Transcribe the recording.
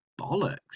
bollocks